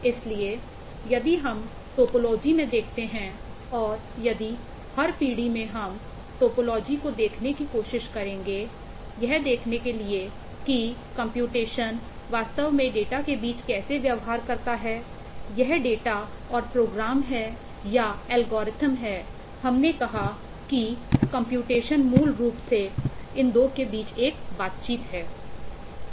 इसलिए यदि हम टोपोलॉजी मूल रूप से इन 2 के बीच एक बातचीत है